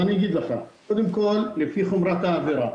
קודם כל, לפי חומרת העבירה.